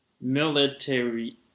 military